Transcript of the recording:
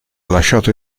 lasciato